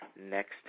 next